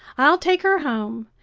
i'll take her home,